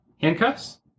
Handcuffs